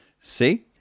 See